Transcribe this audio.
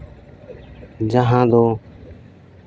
ᱡᱟᱦᱟᱸ ᱫᱚ